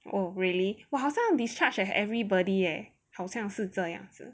oh really 我好像 discharge at everybody eh 好像是这样子